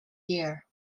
year